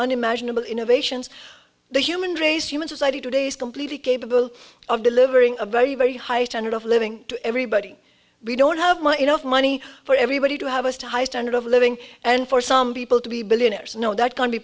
unimaginable innovations the human race human society today is completely capable of delivering a very very high standard of living to everybody we don't have my enough money for everybody to have a high standard of living and for some people to be billionaires you know that can be